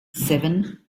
seven